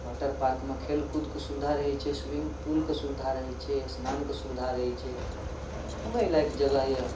water पार्कमे खेलकूदके सुविधा रहै छै स्विमिङ्ग पूलके सुविधा रहै छै स्नानके सुविधा रहै छै घुमै लाइक जगह अइ